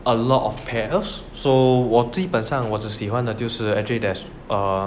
a lot of pairs so 我基本上我最喜欢的就是 actually there's err